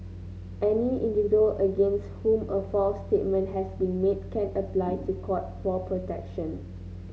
any individual against whom a false statement has been made can apply to court for protection